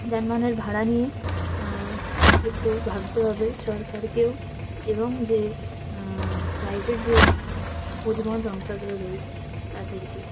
যানবাহনের ভাড়া নিয়ে একটু ভাবতে হবে সরকারকেও এবং যে প্রাইভেট যে পরিবহন সংস্থাগুলো রয়েছে তাদেরকেও